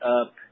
up